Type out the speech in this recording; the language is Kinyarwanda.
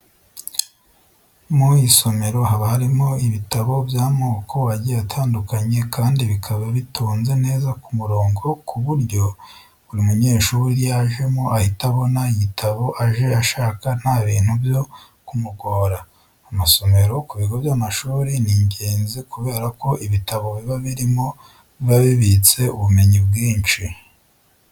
Mu isomero haba harimo ibitabo by'amoko agiye atandukanye kandi bikaba bitonze neza ku murongo ku buryo buri munyeshuri iyo ajemo ahita abona igitabo aje ashaka nta bintu byo kumugora. Amasomero ku bigo by'amashuri ni ingenzi kubera ko ibitabo biba birimo biba bibitse ubumenyi bwinshi.